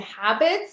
habits